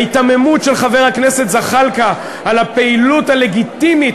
ההיתממות של חבר הכנסת זחאלקה על הפעילות הלגיטימית,